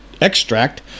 extract